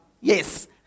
Yes